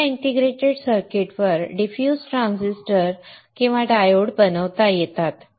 आता या इंटिग्रेटेड सर्किटवर डिफ्यूज ट्रान्झिस्टर किंवा डायोड बनवता येतात